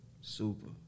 Super